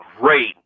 great